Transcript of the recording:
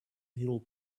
real